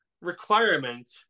requirement